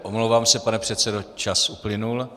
Omlouvám se, pane předsedo, čas uplynul.